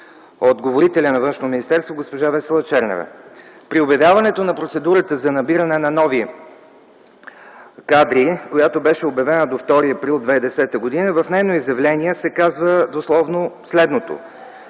министерство – госпожа Весела Чернева. При обявяването на процедурата за набиране на нови кадри, която беше обявена до 2 април 2010 г., в нейно изявление се казва дословно следното: